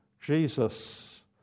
Jesus